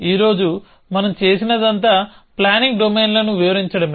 ఈరోజు మనం చేసినదంతా ప్లానింగ్ డొమైన్లను వివరించడమే